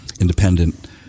independent